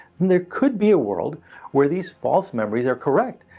then there could be a world where these false memories are correct,